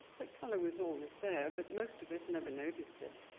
that color was always there, but most of us never noticed it.